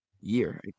year